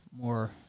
more